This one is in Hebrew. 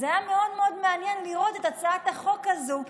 אז זה היה מאוד מאוד מעניין לראות את הצעת החוק הזו,